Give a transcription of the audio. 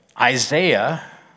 Isaiah